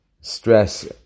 stress